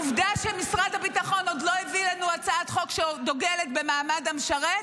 עובדה שמשרד הביטחון עוד לא הביא לנו הצעת חוק שדוגלת במעמד המשרת.